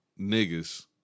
niggas